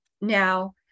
Now